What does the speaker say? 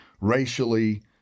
racially